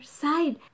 side